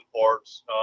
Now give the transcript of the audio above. parts